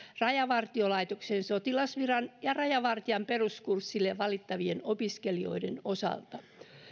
rajavartiolaitoksen sotilasviran ja rajavartijan peruskurssille valittavien opiskelijoiden osalta